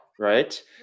Right